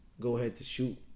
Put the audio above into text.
go-ahead-to-shoot